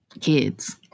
kids